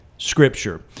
Scripture